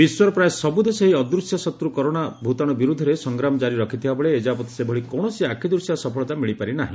ବିଶ୍ୱର ପ୍ରାୟ ସବୁ ଦେଶ ଏହି ଅଦୂଶ୍ୟ ଶତ୍ର କରୋନା ଭ୍ତାଶୁ ବିରୋଧରେ ସଂଗ୍ରାମ ଜାରି ରଖିଥିବାବେଳେ ଏଯାବତ୍ ସେଭଳି କୌଣସି ଆଖ୍ଦୁଶିଆ ସଫଳତା ମିଳିପାରି ନାହି